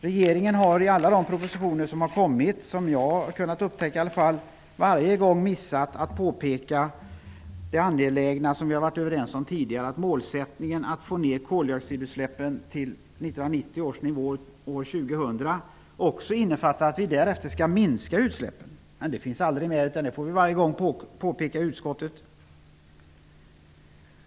Regeringen har i alla de propositioner som har kommit, som jag har kunnat upptäcka i alla fall, missat att påpeka att målsättningen att få ner koldioxidutsläppen till 1990 års nivåer år 2000 också innefattar att vi därefter skall minska utsläppen. Det är angeläget, och det har vi tidigare varit överens om. Det finns aldrig med. Detta får vi påpeka varje gång i utskottet.